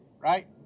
right